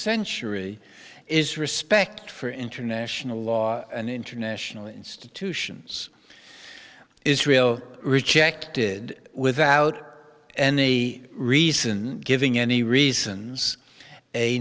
century is respect for international law and international institutions israel rejected without any reason giving any reasons a